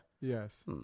Yes